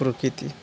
প্রকৃতি